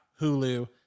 Hulu